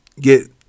get